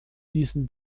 diesen